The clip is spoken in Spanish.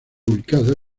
ubicada